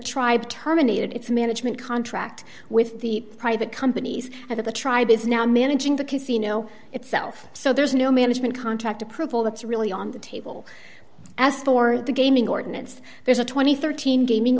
tribe terminated its management contract with the private companies of the tribe is now managing the casino itself so there's no management contract approval that's really on the table as for the gaming ordinance there's a two thousand and thirteen gaming